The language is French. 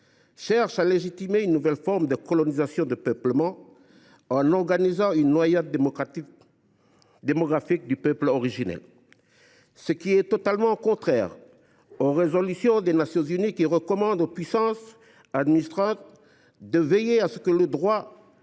cherche à légitimer une nouvelle forme de colonisation de peuplement en organisant une noyade démographique du peuple originel. C’est totalement contraire aux résolutions des Nations unies, qui recommandent aux « puissances administrantes » de « veiller à ce que l’exercice